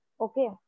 Okay